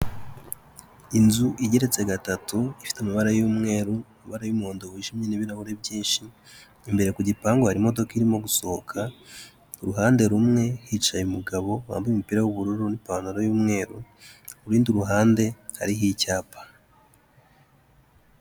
Inzu igeretse gatatu ifite amabara y'umweru, ibara y'umuhondo wijimye n'ibirahure byinshi, imbere ku gipangu hari imodoka irimo gusohoka, iruhande rumwe hicaye umugabo wambaye umupira w'ubururu n'ipantaro y'umweru, ku rundi ruhande hariho icyapa.